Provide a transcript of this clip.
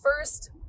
first